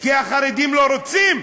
כי החרדים לא רוצים.